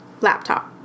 Laptop